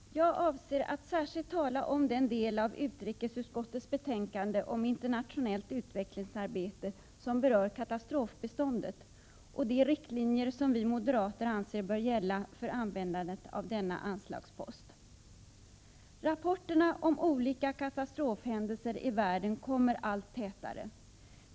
Herr talman! Jag avser att särskilt tala om den del av utrikesutskottets betänkande om internationellt utvecklingsarbete som berör katastrofbiståndet och de riktlinjer som vi moderater anser bör gälla för användandet av denna anslagspost. Rapporterna om olika katastrofhändelser i världen kommer allt tätare.